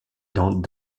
dans